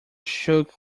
shook